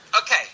okay